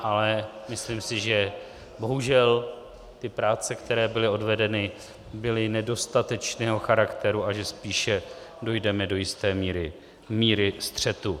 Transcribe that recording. Ale myslím si, že bohužel ty práce, které byly odvedeny, byly nedostatečného charakteru a že spíše dojdeme do jisté míry k střetu.